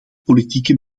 politieke